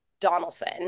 Donaldson